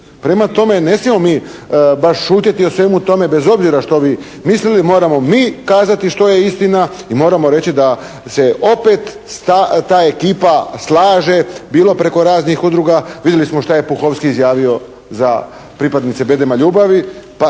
Prema tome, ne smijemo mi baš šutjeti o svemu tome bez obzira što vi mislili. Moramo mi kazati što je istina i moramo reći da se opet ta ekipa slaže bilo preko raznih udruga, vidjeli smo šta je Puhovski izjavio za pripadnice bedema ljubavi. Pa